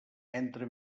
entre